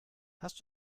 hast